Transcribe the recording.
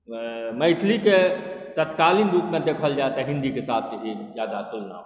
मैथिलीके तत्कालीन रूपमे देखल जाइ तँ हिन्दीके साथ ज्यादा तुलना छै